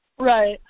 Right